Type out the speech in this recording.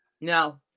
No